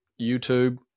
YouTube